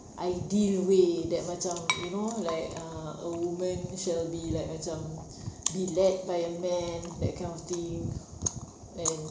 ideal way that macam you know like ah a woman shall be like macam be led by a man that kind of thing and